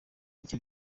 icyo